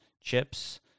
chips